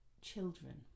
children